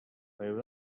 very